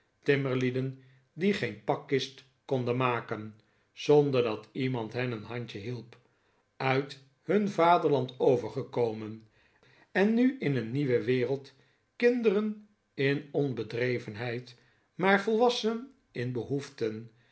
timmerlieden die geen pakkist konden maken zonder dat iemand hen een handje hielp uit hun vaderland overgekomen en nu in een nieuwe wereld kinderen in onbedrevenheid maar volwassenen in behoeften